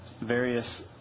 various